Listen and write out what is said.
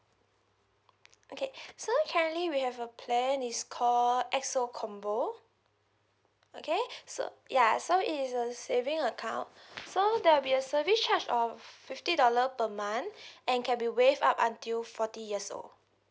okay so currently we have a plan is call X O combo okay so ya so it is a saving account so there will be a service charge of fifty dollar per month and can be waived up until forty years old